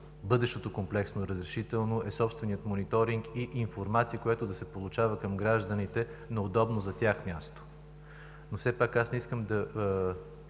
бъдещото комплексно разрешително, е собственият мониторинг и информация, която да се получава към гражданите на удобно за тях място. Все пак аз не искам да